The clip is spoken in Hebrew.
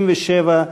97,